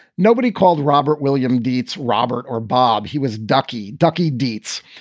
nobody called robert, william, deetz, robert or bob. he was ducky ducky dietz.